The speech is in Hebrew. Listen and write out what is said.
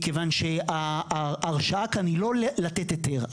מכיוון שההרשאה כאן היא לא לתת היתר,